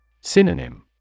Synonym